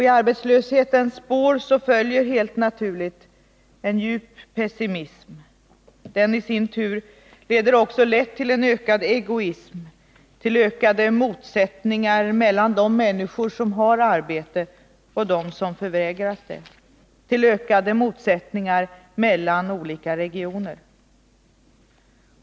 I arbetslöshetens spår följer helt naturligt en djup pessimism; den i sin tur leder också lätt till ökad egoism, till ökade motsättningar mellan de människor som har arbete och dem som förvägras det, till ökade motsättningar mellan olika regioner.